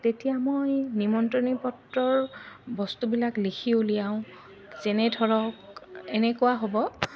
তেতিয়া মই নিমন্ত্ৰণী পত্ৰৰ বস্তুবিলাক লিখি উলিয়াওঁ যেনে ধৰক এনেকুৱা হ'ব